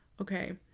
Okay